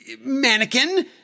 Mannequin